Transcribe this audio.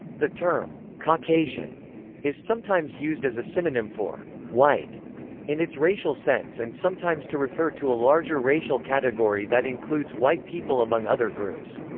the term caucasian is sometimes used as a synonym for white in its racial sense and sometimes to refer to a larger racial category that includes white people among other groups.